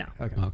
Okay